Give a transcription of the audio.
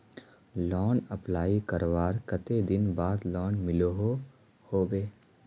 Loan apply करवार कते दिन बाद लोन मिलोहो होबे?